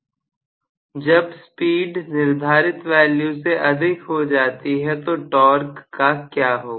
छात्र जब गति निर्धारित वैल्यू से अधिक हो जाती है तो टॉर्क का क्या होगा